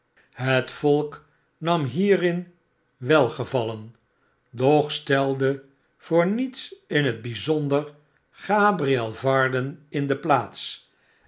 het volk nam hierin welgevallen doch stelde voor niets in het bijzonder gabriel varden in de plaats